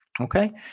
Okay